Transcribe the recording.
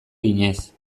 eginez